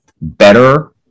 better